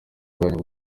bwanyu